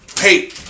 Hey